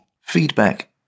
Feedback